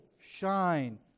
shine